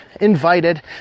invited